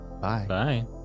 Bye